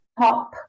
top